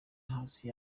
hasi